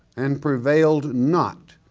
and prevailed not.